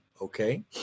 Okay